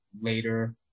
later